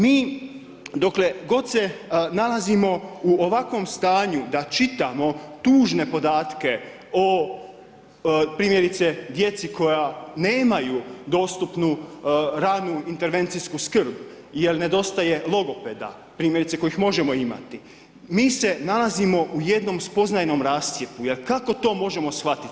Mi dokle god se nalazimo u ovakvom stanju, da čitamo tužne podatke o primjerice djeci koja nemaju dostupnu ranu intervencijsku skrb, jer nedostaje logopeda, primjerice koje možemo imati, mi se nalazimo u jednom spoznajnom rascjepku, jer kako to možemo shvatiti.